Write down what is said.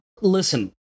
Listen